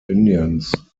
indians